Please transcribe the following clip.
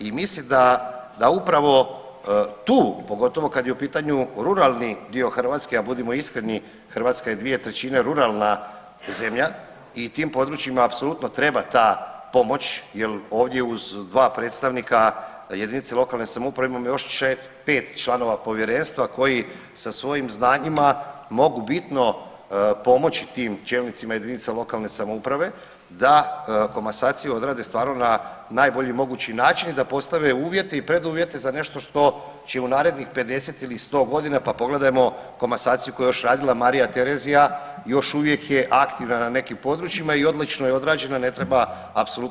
I mislim da upravo tu pogotovo kad je u pitanju ruralni dio Hrvatske, a budimo iskreni Hrvatska je dvije trećine ruralna zemlja i tim područjima apsolutno treba ta pomoć jel ovdje uz dva predstavnika jedinice lokalne samouprave imamo još čak pet članova povjerenstva koji sa svojim znanjima mogu bitno pomoći tim čelnicima jedinice lokalne samouprave da komasaciju odrade stvarno na najbolji mogući način i da postave uvjete i preduvjete za nešto što će u narednih 50 ili 100 godina pa pogledajmo komasaciju koju je još radila Marija Terezija još uvijek je aktivna na nekim područjima i odlično je odrađena ne treba apsolutno nikakvu doradu.